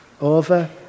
over